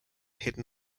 hidden